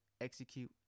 execute